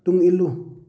ꯇꯨꯡ ꯏꯜꯂꯨ